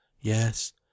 Yes